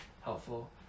helpful